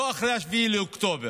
לא אחרי 7 באוקטובר.